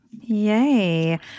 Yay